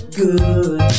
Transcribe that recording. good